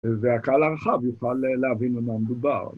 והקהל הרחב יוכל להבין במה מדובן